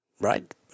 right